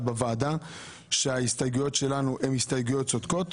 בוועדה שההסתייגויות שלנו הן הסתייגויות צודקות,